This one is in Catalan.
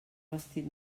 vestit